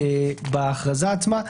הפירוט בהכרזה עצמה.